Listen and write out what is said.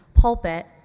pulpit